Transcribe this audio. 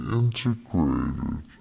integrated